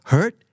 Hurt